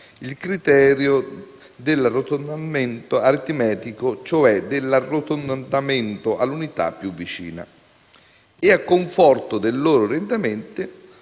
il criterio dell'arrotondamento aritmetico, cioè dell'arrotondamento all'unità più vicina, e a conforto del loro orientamento